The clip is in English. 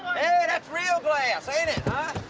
hey that's real glass ain't it? huh?